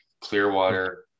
Clearwater